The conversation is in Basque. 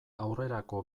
aurrerako